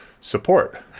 support